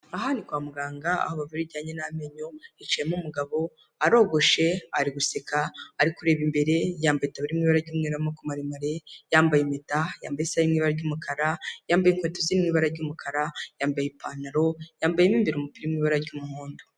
Aha ni kwa muganga aho bavurira ibijyanye n'amenyo, hicayemo umugabo, arogoshe, ari guseka, ari kureba imbere, yambaye itaburiya iri mu ibara ry'umweru y' amaboko maremare, yambaye impeta, yambaye isaha iri mu ibara ry'umukara, yambaye inkweto ziri mu ibara ry'umukara, yambaye ipantaro, yambaye mo imbere umupira uri mu ibara ry'umuhondo.